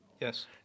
yes